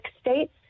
states